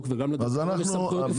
וגם לדירקטוריון יש סמכויות מפורשות.